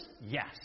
Yes